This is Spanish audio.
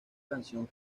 canción